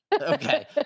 Okay